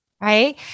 right